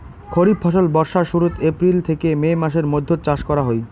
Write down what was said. খরিফ ফসল বর্ষার শুরুত, এপ্রিল থেকে মে মাসের মৈধ্যত চাষ করা হই